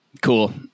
Cool